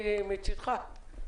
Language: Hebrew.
מצדך?